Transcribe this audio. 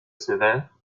sévère